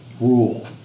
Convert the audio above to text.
rule